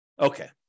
Okay